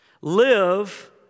live